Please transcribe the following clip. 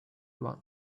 one